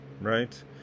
right